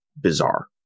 bizarre